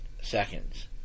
seconds